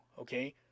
okay